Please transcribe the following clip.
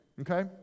Okay